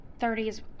30s